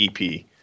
EP